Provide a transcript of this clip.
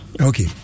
Okay